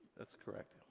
that's correct.